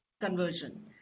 conversion